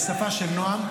בשפה של נועם.